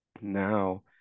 Now